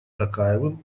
токаевым